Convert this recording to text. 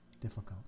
difficult